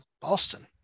boston